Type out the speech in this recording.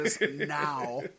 now